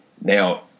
Now